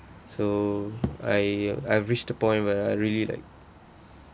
so I I've reached the point where I really like